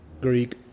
Greek